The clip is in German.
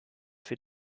für